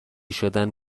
شدن